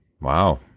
Wow